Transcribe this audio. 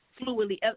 fluidly